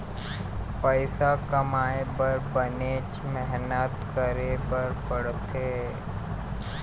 पइसा कमाए बर बनेच मेहनत करे बर पड़थे